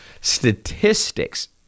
statistics